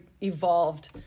evolved